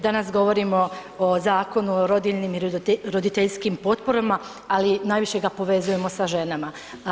Danas govorimo o Zakonu o rodiljnim i roditeljskim potporama, ali najviše ga povezujemo sa ženama.